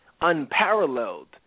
unparalleled